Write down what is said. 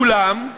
אולם,